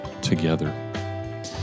together